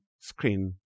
screen